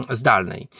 zdalnej